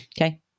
okay